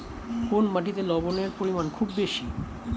কোন মাটিতে লবণের পরিমাণ খুব বেশি?